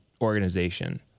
organization